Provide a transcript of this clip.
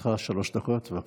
לרשותך שלוש דקות, בבקשה.